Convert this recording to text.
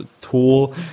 tool